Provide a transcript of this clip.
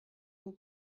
will